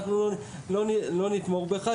אנחנו לא נתמוך בך,